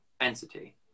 entity